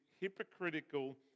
hypocritical